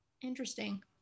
Interesting